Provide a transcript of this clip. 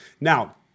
Now